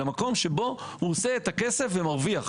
במקום שבו הוא עושה את הכסף ומרוויח.